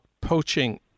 poaching